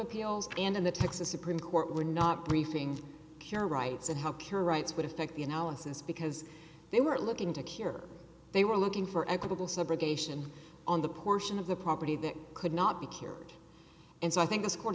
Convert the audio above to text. appeals and in the texas supreme court were not briefing cure rights and how cure rights would affect the analysis because they were looking to cure they were looking for equitable subrogation on the portion of the property that could not be cured and so i think this court